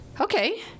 okay